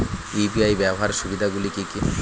UPI ব্যাবহার সুবিধাগুলি কি কি?